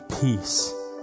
peace